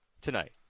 tonight